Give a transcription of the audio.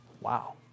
Wow